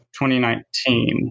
2019